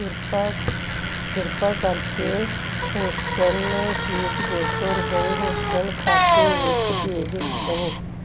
ਕਿਰਪਾ ਕਿਰਪਾ ਕਰਕੇ ਹੋਸਟਲ ਫ਼ੀਸ ਦੋ ਸੌ ਰੁਪਏ ਹੋਸਟਲ ਖਾਤੇ ਵਿੱਚ ਭੇਜ ਦਵੋ